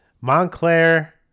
Montclair